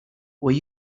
were